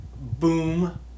boom